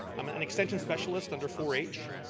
um and extension specialist under four h.